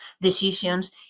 decisions